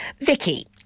Vicky